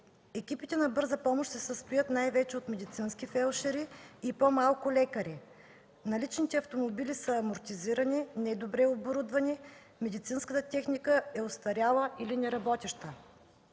Екипите на „Бърза помощ” се състоят най-вече от медицински фелдшери и по-малко лекари. Наличните автомобили са амортизирани, недобре оборудвани, медицинската техника е остаряла или неработеща.